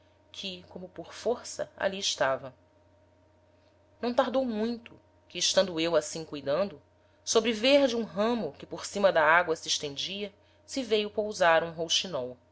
que como por força ali estava não tardou muito que estando eu assim cuidando sobre verde um ramo que por cima da agoa se estendia se veio pousar um